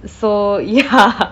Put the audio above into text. so ya